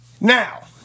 Now